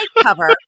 cover